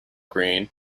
green